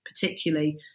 particularly